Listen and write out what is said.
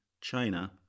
China